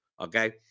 Okay